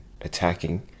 attacking